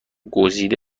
گزیده